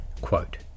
Quote